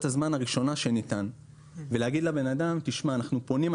הזמן הראשונה ולהגיד לבן אדם שאנחנו פונים,